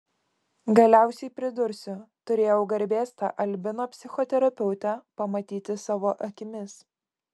galiausiai pridursiu turėjau garbės tą albino psichoterapeutę pamatyti savo akimis